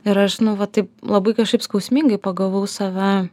ir aš nu va taip labai kažkaip skausmingai pagavau save